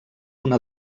una